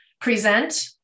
present